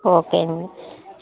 okay అండి